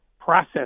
process